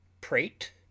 prate